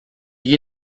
you